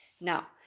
now